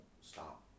stop